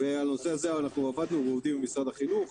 על הנושא הזה אנחנו עבדנו ועובדים עם משרד החינוך.